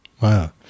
Wow